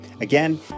Again